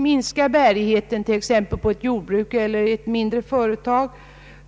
Minskar bärigheten hos ett jordbruk eller i ett mindre företag,